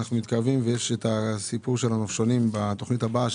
יש את הסיפור של הנופשונים בתוכנית הבאה,